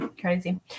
crazy